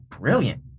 brilliant